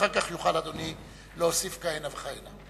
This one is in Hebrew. ואחר כך יוכל אדוני להוסיף כהנה וכהנה.